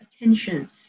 attention